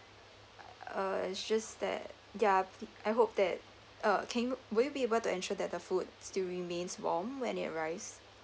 uh it's just that ya I hope that uh can you will you be able to ensure that the food still remains warm when it arrives